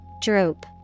Droop